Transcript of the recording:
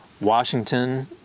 Washington